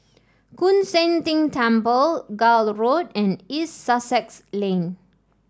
Koon Seng Ting Temple Gul Road and East Sussex Lane